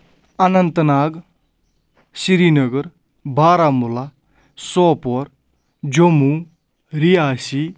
Anant Nag Srinagar Baramulla Sopore Jammu Reasi